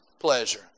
pleasure